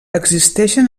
existeixen